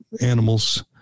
Animals